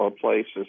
places